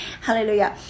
Hallelujah